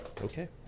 Okay